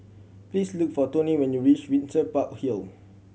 please look for Toni when you reach Windsor Park Hill